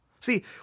See